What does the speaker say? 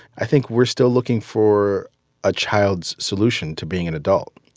i think we're still looking for a child's solution to being an adult.